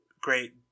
great